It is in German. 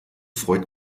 freut